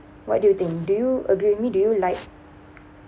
what do you think do you agree with me do you like